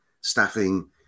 staffing